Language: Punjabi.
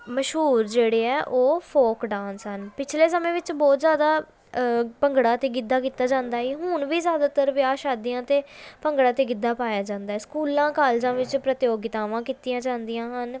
ਮਸ਼ਹੂਰ ਜਿਹੜੇ ਹੈ ਉਹ ਫੋਕ ਡਾਂਸ ਹਨ ਪਿੱਛਲੇ ਸਮੇਂ ਵਿੱਚ ਬਹੁਤ ਜ਼ਿਆਦਾ ਭੰਗੜਾ ਅਤੇ ਗਿੱਧਾ ਕੀਤਾ ਜਾਂਦਾ ਸੀ ਹੁਣ ਵੀ ਜ਼ਿਆਦਾਤਰ ਵਿਆਹ ਸ਼ਾਦੀਆਂ 'ਤੇ ਭੰਗੜਾ ਅਤੇ ਗਿੱਧਾ ਪਾਇਆ ਜਾਂਦਾ ਹੈ ਸਕੂਲਾਂ ਕਾਲਜਾਂ ਵਿੱਚ ਪ੍ਰਤਿਯੋਗਤਾਵਾਂ ਕੀਤੀਆਂ ਜਾਂਦੀਆਂ ਹਨ